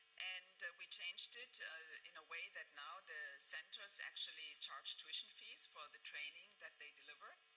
and we changed it in a way that now the centers actually charge tuition fees for the training that they deliver,